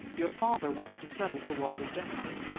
your father wants to settle for walter's deficit.